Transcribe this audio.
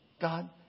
God